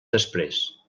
després